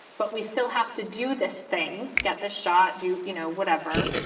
but we still have to do this thing, get the shot, do you know whatever.